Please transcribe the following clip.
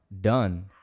done